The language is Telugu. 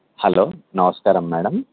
హలో నమస్కారం మేడమ్